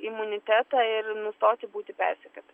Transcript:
imunitetą ir nustoti būti persekiotai